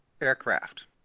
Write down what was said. aircraft